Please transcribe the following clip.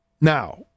Now